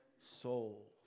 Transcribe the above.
souls